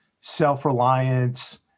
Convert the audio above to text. self-reliance